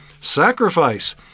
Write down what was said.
sacrifice